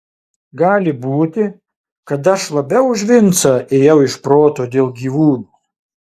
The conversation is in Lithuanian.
gali būti kad aš labiau už vincą ėjau iš proto dėl gyvūnų